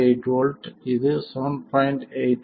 8 volt இது 7